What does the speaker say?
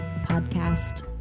podcast